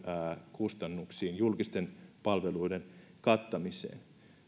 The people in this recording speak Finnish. kustannuksiin julkisten palveluiden kattamiseen